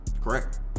Correct